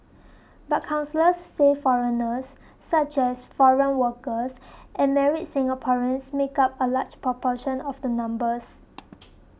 but counsellors say foreigners such as foreign workers and married Singaporeans make up a large proportion of the numbers